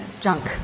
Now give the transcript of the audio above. junk